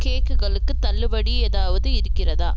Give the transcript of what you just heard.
கேக்குகளுக்கு தள்ளுபடி ஏதாவது இருக்கிறதா